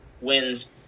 wins